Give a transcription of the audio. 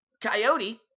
coyote